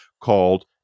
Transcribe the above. called